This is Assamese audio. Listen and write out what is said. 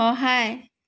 সহায়